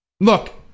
Look